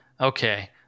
Okay